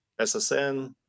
ssn